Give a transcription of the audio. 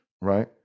right